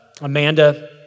Amanda